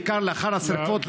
בעיקר לאחר השרפות,